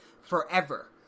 forever